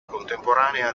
contemporanea